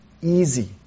easy